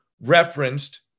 referenced